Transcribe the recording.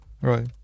Right